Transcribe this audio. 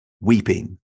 weeping